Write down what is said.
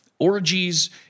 orgies